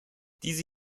diese